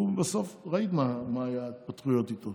והוא, בסוף ראית מה היו התפתחויות איתו.